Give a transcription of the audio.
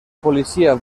policia